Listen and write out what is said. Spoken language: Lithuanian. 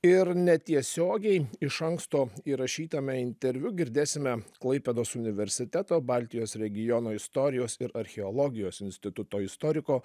ir netiesiogiai iš anksto įrašytame interviu girdėsime klaipėdos universiteto baltijos regiono istorijos ir archeologijos instituto istoriko